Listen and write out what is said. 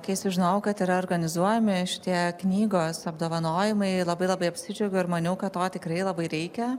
kai sužinau kad yra organizuojami šitie knygos apdovanojimai labai labai apsidžiaugiau ir maniau kad to tikrai labai reikia